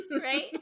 Right